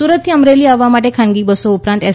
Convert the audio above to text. સુરતથી અમરેલી આવવા માટે ખાનગી બસો ઉપરાંત એસ